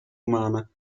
umana